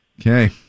Okay